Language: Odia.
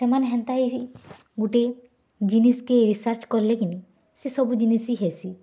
ସେମାନେ ହେନ୍ତା ଗୁଟେ ଜିନିଷ୍ କେ ରିସର୍ଚ୍ଚ କଲେ କିନି ସେ ସବୁ ଜିନିଷ୍ ହେସି